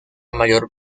mayor